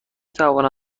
توانید